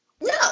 No